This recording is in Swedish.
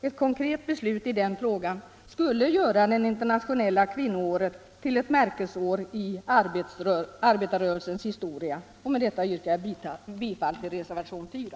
Ett konkret beslut i den frågan skulle göra det internationella kvinnoåret till ett märkesår i arbetarrörelsens historia. Med detta yrkar jag bifall till reservationen 4.